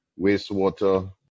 wastewater